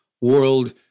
world